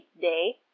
day